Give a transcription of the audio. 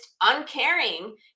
uncaring